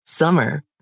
Summer